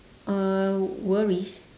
uh worries